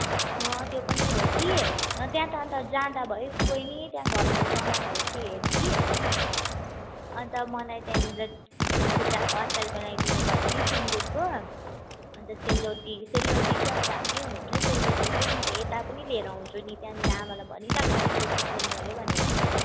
अँ त्यो पनि हो कि त्यहाँ त अनि त जाँदा भयो बहिनी त्यहाँ घरको सामानहरू चाहिँ हेर् कि अनि त मलाई त्यहाँनिर खुट्टाको अचार बनाइदिन भन् कि सुङ्गुरको अनि त सेलरोटी सेलरोटी चाहिँ अब दामी हुनुपर्छ है सेलरोटी चाहिँ म त यता पनि लिएर आउँछु नि त्यहाँनिर आमालाई भनिराख् अलिक बेसी पोल्नु अरे भनेर